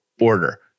order